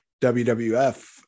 WWF